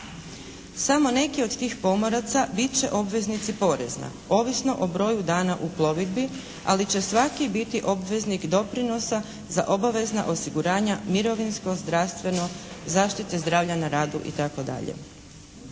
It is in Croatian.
Samo neki od tih pomoraca bit će obveznici poreza, ovisno o broju dana u plovidbi, ali će svaki biti obveznik doprinosa za obavezna osiguranja mirovinsko, zdravstveno, zaštite zdravlja na radu itd.